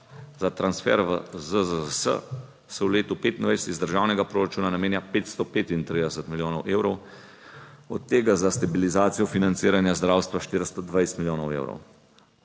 Za transfer v ZZZS se v letu 2025 iz državnega proračuna namenja 535 milijonov evrov, od tega za stabilizacijo financiranja zdravstva 420 milijonov evrov.